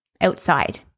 outside